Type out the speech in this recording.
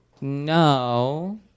no